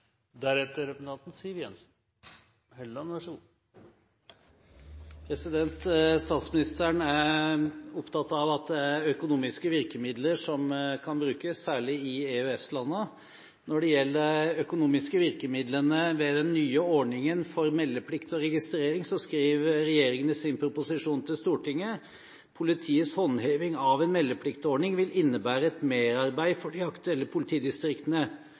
Statsministeren er opptatt av at det er økonomiske virkemidler som kan brukes, særlig i EØS-landene. Når det gjelder de økonomiske virkemidlene ved den nye ordningen for meldeplikt og registrering, skriver regjeringen i sin proposisjon til Stortinget: «Politiets håndheving av en meldepliktordning vil innebære et merarbeid for de aktuelle politidistriktene.